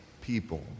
people